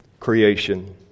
creation